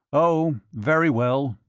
oh, very well.